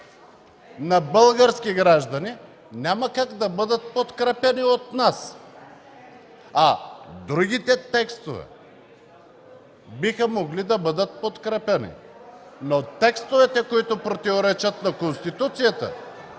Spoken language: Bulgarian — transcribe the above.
на български граждани, няма как да бъдат подкрепени от нас. Другите текстове биха могли да бъдат подкрепени, но тези, които противоречат на Конституцията